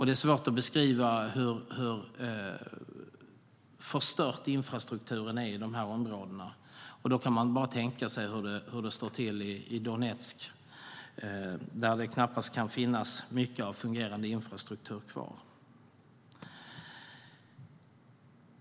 Det är svårt att beskriva hur förstörd infrastrukturen är i de här områdena. Då kan man bara tänka sig hur det står till i Donetsk. Där kan det knappast finnas mycket fungerande infrastruktur kvar.